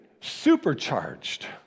supercharged